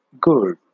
good